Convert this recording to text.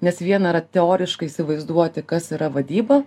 nes viena yra teoriškai įsivaizduoti kas yra vadyba